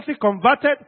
converted